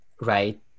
right